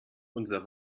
unser